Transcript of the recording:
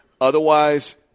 Otherwise